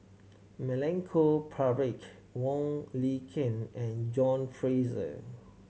Milenko Prvacki Wong Lin Ken and John Fraser